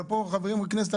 אבל פה חברים --- בכנסת,